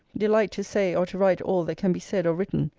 delight to say or to write all that can be said or written,